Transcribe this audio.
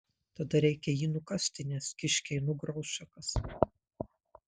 tada reikia jį nukasti nes kiškiai nugrauš šakas